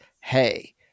hey